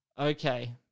Okay